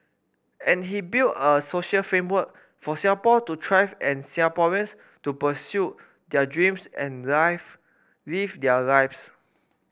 and he build a social framework for Singapore to thrive and Singaporeans to pursue their dreams and live live their lives